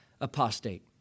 apostate